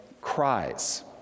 cries